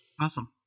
awesome